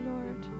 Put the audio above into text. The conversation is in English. Lord